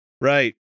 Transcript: Right